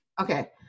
Okay